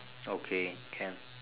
okay can